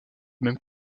même